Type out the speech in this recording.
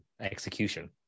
execution